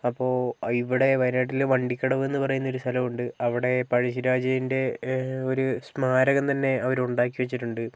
അപ്പോൾ ഇവിടെ വയനാട്ടിൽ വണ്ടിക്കടവ് എന്നു പറയുന്ന ഒരു സ്ഥലമുണ്ട് അവിടെ പഴശ്ശിരാജേൻ്റെ ഒരു സ്മാരകം തന്നെ അവർ ഉണ്ടാക്കി വച്ചിട്ടുണ്ട്